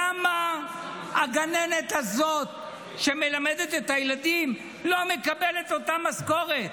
למה הגננת הזאת שמלמדת את הילדים לא מקבלת את אותה משכורת?